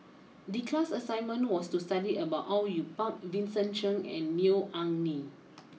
the class assignment was to study about Au Yue Pak Vincent Cheng and Neo Anngee